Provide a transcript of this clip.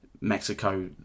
Mexico